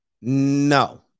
No